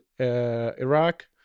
Iraq